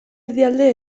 erdialde